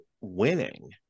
winning